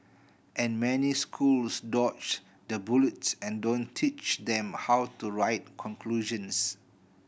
and many schools dodge the bullet and don't teach them how to write conclusions